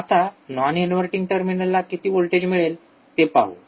तर आता non inverting टर्मिनलला किती व्होल्टेज मिळेल ते पाहू